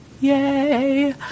Yay